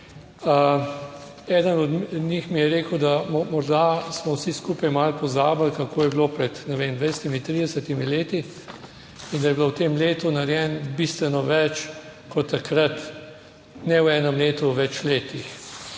njih mi je rekel, da morda smo vsi skupaj malo pozabili kako je bilo pred, ne vem, 20, 30 leti in da je bilo v tem letu narejeno bistveno več kot takrat, ne v enem letu, v več letih.